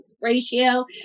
ratio